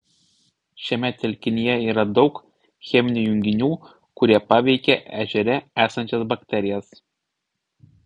šiame telkinyje yra daug cheminių junginių kurie paveikia ežere esančias bakterijas